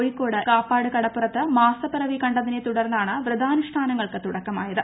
കോഴിക്കോട് കാപ്പാട് കടപ്പുറത്ത് മീഴ്സപിറവി കണ്ടതിനെ തുടർന്നാണ് വ്രതാനുഷ്ഠാനങ്ങൾക്ക് തുടക്കമായത്